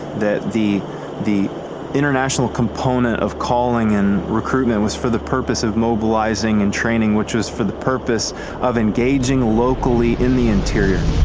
the the international component of calling and recruitment was for the purpose of mobilizing and training, which was for the purpose of engaging locally in the interior.